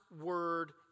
word